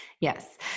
Yes